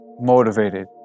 motivated